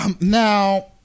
now